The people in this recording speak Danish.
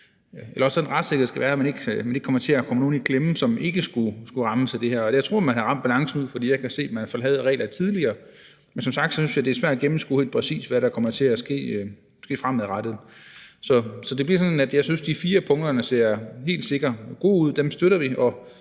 er uforsætligt. Retssikkerheden skal være sådan, at der ikke er nogen, der kommer i klemme, som ikke skulle rammes af det her, og jeg tror, man har ramt balancen ud fra det, jeg kan se, også i forbindelse med de regler, man havde tidligere, men som sagt synes jeg, det er svært at gennemskue helt præcist, hvad der kommer til at ske fremadrettet. Så det bliver sådan, at jeg synes, at de fire punkter helt sikkert ser gode ud, og dem støtter vi,